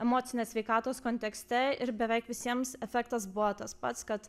emocinės sveikatos kontekste ir beveik visiems efektas buvo tas pats kad